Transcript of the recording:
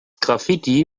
graffiti